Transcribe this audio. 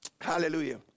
Hallelujah